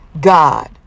God